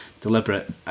deliberate